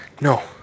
No